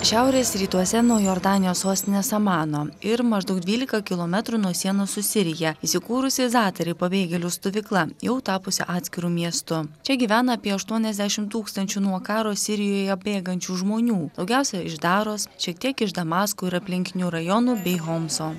šiaurės rytuose nuo jordanijos sostinės amano ir maždaug dvylika kilometrų nuo sienos su sirija įsikūrusi zatari pabėgėlių stovykla jau tapusi atskiru miestu čia gyvena apie aštuoniasdešimt tūkstančių nuo karo sirijoje bėgančių žmonių daugiausia iš daros šiek tiek iš damasko ir aplinkinių rajonų bei homso